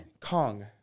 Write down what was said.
Kong